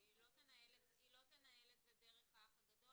היא לא תנהל את הגן דרך "האח הגדול".